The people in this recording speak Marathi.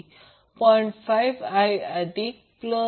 5 I अधिक